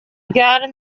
garden